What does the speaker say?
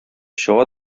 чыга